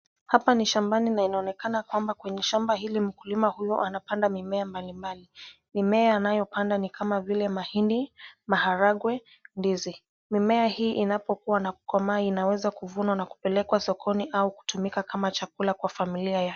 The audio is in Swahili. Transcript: Hapa ni shambani na inaonekana kwamba kwenye hili mkulima anapanda mimea mbalimbali. Mimea anayopanda ni kama vile mahindi, maharangwe ,ndizi. Mimea hii inapokuwa na kukomaa inaweza kuvunwa na kupelekwa sokoni au kutumika kama chakula kwa familia yake.